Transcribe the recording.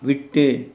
விட்டு